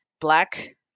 black